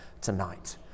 tonight